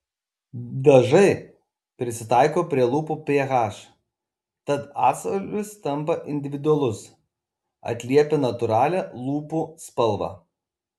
dažai prisitaiko prie lūpų ph tad atspalvis tampa individualus atliepia natūralią lūpų spalvą